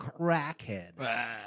crackhead